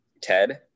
TED